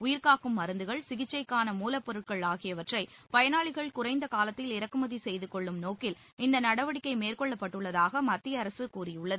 உயிர்காக்கும் மருந்துகள் சிகிச்சைக்கான மூலப்பொருட்கள் ஆகியவற்றை பயனாளிகள் குறைந்த காலத்தில் இறக்குமதி செய்து கொள்ளும் நோக்கில் இந்த நடவடிக்கை மேற்கொள்ளப்பட்டுள்ளதாக மத்திய அரசு கூறியுள்ளது